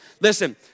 Listen